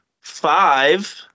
five